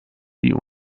die